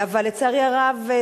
אבל לצערי הרב,